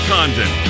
Condon